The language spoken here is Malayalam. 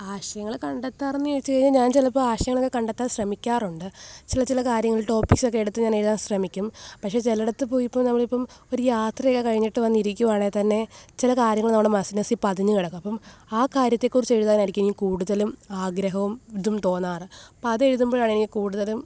ആശയങ്ങൾ കണ്ടെത്താർ എന്നു ചോദിച്ചു കഴിഞ്ഞാൽ ഞാന് ചിലപ്പോൾ ആശയങ്ങളൊക്കെ കണ്ടെത്താന് ശ്രമിക്കാറുണ്ട് ചില ചില കാര്യങ്ങള് ടോപ്പിക്സ് ഒക്കെ എടുത്തു ഞാനെഴുതാന് ശ്രമിക്കും പക്ഷേ ചിലയിടത്തു പോയിയിപ്പം നമ്മളിപ്പം ഒരു യാത്രയൊക്കെക്കഴിഞ്ഞിട്ട് വന്നിരിക്കുകയാണേത്തന്നെ ചില കാര്യങ്ങൾ നമ്മുടെ മസി മനസ്സിൽ പതിഞ്ഞു കിടക്കും അപ്പം ആ കാര്യത്തേക്കുറിച്ച് എഴുതാനായിരിക്കും ഇനിയും കൂടുതലും ആഗ്രഹവും ഇതും തോന്നാറ് അപ്പം അതെഴുതുമ്പോഴാണ് എനിക്കു കൂടുതലും